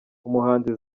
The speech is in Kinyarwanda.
umuhanzi